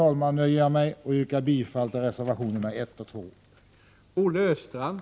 Jag nöjer mig med detta och yrkar bifall till reservationerna 1 och 2.